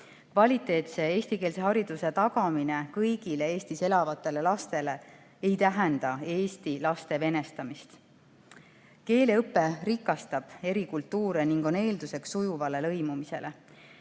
Kvaliteetse eestikeelse hariduse tagamine kõigile Eestis elavatele lastele ei tähenda eesti laste venestamist. Keeleõpe rikastab eri kultuure ning on eelduseks sujuvale lõimumisele.